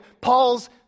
Paul's